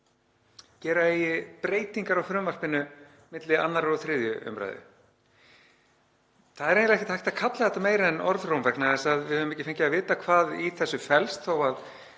gera eigi breytingar á frumvarpinu milli 2. og 3. umr. Það er eiginlega ekki hægt að kalla þetta meira en orðróm vegna þess að við höfum ekki fengið að vita hvað í þessu felst þó að